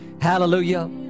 hallelujah